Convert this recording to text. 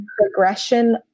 progression